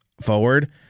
forward